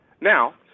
Now